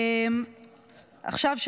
עכשיו,